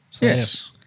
Yes